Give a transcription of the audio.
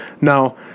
Now